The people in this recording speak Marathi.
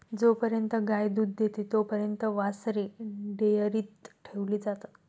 जोपर्यंत गाय दूध देते तोपर्यंत वासरे डेअरीत ठेवली जातात